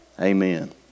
Amen